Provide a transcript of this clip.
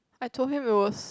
I told him it was